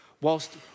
whilst